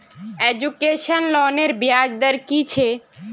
Education लोनेर ब्याज दर कि छे?